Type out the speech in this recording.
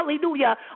hallelujah